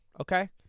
okay